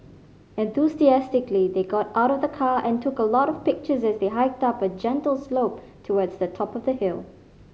enthusiastically they got out of the car and took a lot of pictures as they hiked up a gentle slope towards the top of the hill